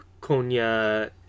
konya